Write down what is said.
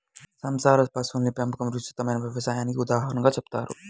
సంచార పశువుల పెంపకం విస్తృతమైన వ్యవసాయానికి ఉదాహరణగా చెబుతారు